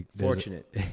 fortunate